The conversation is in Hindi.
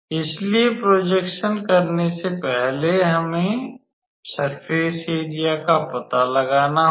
इसलिए प्रॉजेक्शन करने से पहले हमें पहले सर्फ़ेस एरिया का पता लगाना होगा